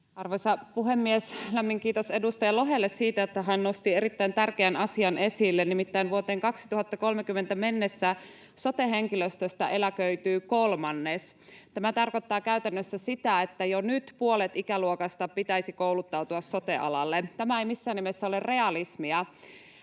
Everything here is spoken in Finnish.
Arvoisa puhemies! Lämmin kiitos edustaja Lohelle siitä, että hän nosti erittäin tärkeän asian esille. Nimittäin vuoteen 2030 mennessä sote-henkilöstöstä eläköityy kolmannes. Tämä tarkoittaa käytännössä sitä, että jo nyt puolet ikäluokasta pitäisi kouluttautua sote-alalle. Tämä ei missään nimessä ole realismia.